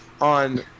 on